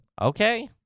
Okay